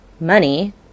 money